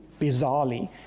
bizarrely